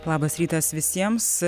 labas rytas visiems